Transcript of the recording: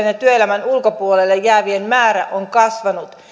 ja työelämän ulkopuolelle jäävien nuorten määrä on kasvanut